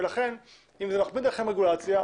אם זה מכביד עליכם רגולציה,